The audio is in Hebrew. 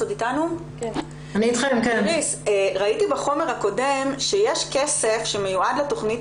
ראיתי בחומר הקודם שיש כסף שמיועד לתכנית